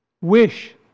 wish